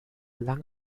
lang